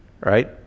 right